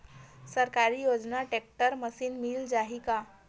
सरकारी योजना tractor machine मिल जाही का?